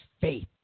faith